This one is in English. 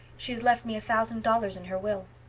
she has left me a thousand dollars in her will.